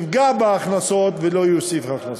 יפגע בהכנסות ולא יוסיף הכנסות.